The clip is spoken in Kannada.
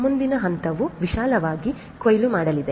ಮುಂದಿನ ಹಂತವು ವಿಶಾಲವಾಗಿ ಕೊಯ್ಲು ಮಾಡಲಿದೆ